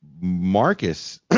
Marcus